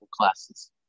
classes